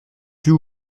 plus